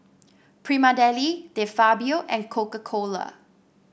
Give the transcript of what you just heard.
Prima Deli De Fabio and Coca Cola